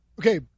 okay